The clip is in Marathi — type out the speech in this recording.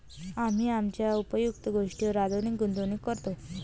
आम्ही आमच्या उपयुक्त गोष्टींवर अधिक गुंतवणूक करतो